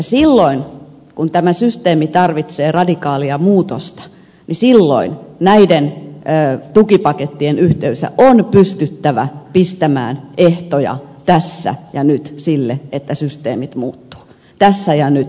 silloin kun tämä systeemi tarvitsee radikaalia muutosta silloin näiden tukipakettien yhteydessä on pystyttävä pistämään ehtoja tässä ja nyt sille että systeemit muuttuvat tässä ja nyt